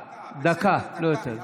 דקה, לא יותר.